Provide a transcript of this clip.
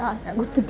ആ കുത്തിട്ട്